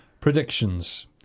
Predictions